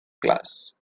class